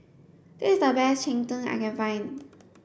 this is the best cheng tng that I can find